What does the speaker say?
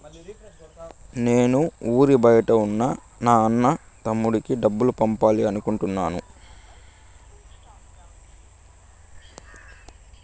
నేను ఊరి బయట ఉన్న నా అన్న, తమ్ముడికి డబ్బులు పంపాలి అనుకుంటున్నాను